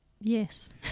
Yes